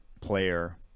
player